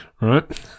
right